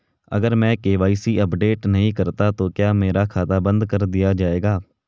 अगर मैं KYC update नहीं करता तो क्या मेरा खाता बंद कर दिया जाएगा?